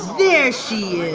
there she